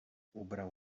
ubrał